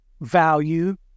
value